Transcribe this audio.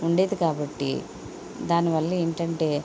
ఉండేది కాబట్టి దానివల్ల ఏంటంటే